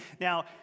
Now